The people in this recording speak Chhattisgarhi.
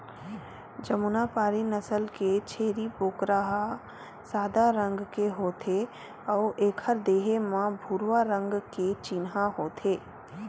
जमुनापारी नसल के छेरी बोकरा ह सादा रंग के होथे अउ एखर देहे म भूरवा रंग के चिन्हा होथे